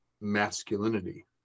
masculinity